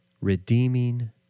redeeming